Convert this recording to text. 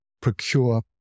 procure